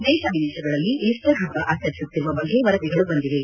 ದೇಶ ವಿದೇಶಗಳಲ್ಲಿ ಈಸ್ಟರ್ ಹಬ್ಬ ಆಚರಿಸುತ್ತಿರುವ ಬಗ್ಗೆ ವರದಿಗಳು ಬಂದಿವೆ